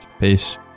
Peace